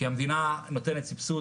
כי המדינה נותנת סבסוד.